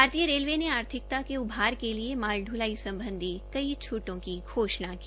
भारतीय रेलवे ने आर्थिकता के उभार के लिए माल दुलाई सम्बधी कई छूटो की घोषणा की